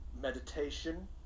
meditation